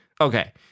Okay